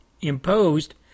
imposed